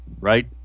right